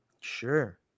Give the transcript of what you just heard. Sure